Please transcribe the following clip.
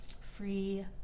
free